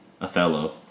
Othello